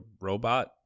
robot